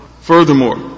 Furthermore